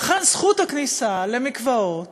לכן זכות הכניסה למקוואות